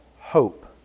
hope